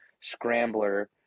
scrambler